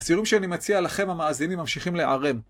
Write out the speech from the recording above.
הציורים שאני מציע לכם המאזינים ממשיכים להיערם.